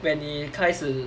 when 你开始